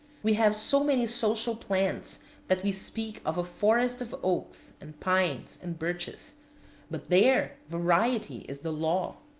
we have so many social plants that we speak of a forest of oaks, and pines, and birches but there variety is the law.